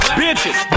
bitches